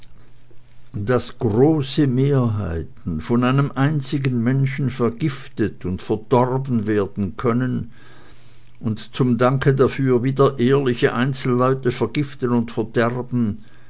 daß große mehrheiten von einem einzigen menschen vergiftet und verdorben werden können und zum danke dafür wieder ehrliche einzelleute vergiften und verderben